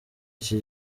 iki